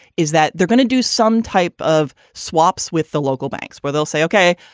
is that they're going to do some type of swaps with the local banks or they'll say, ok,